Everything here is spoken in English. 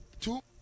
two